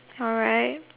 alright